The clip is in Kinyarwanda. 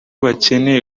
bakeneye